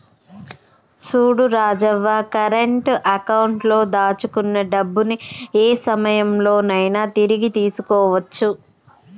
చూడు Rajavva current account లో దాచుకున్న డబ్బుని ఏ సమయంలో నైనా తిరిగి తీసుకోవచ్చు